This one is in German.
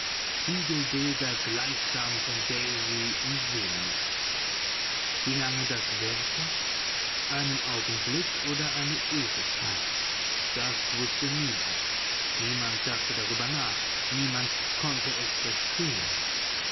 spiegelbilder gleichsam von daisy und zenon wie lange das währte einen augenblick oder eine ewigkeit das wußte niemand niemand dachte darüber nach niemand konnte es verstehen